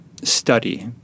study